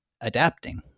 adapting